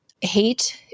hate